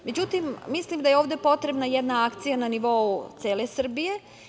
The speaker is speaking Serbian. Međutim, mislim da je ovde potrebna jedna akcija na nivou cele Srbije.